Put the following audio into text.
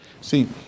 See